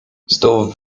znów